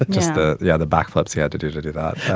just the the other backflips he had to do to do that.